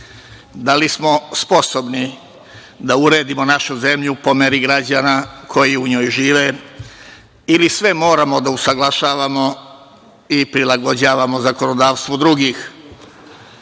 Da li smo sposobni da uredimo našu zemlju po meri građana koji u njoj žive ili sve moramo da usaglašavamo i prilagođavamo zakonodavstvu drugih.